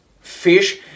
fish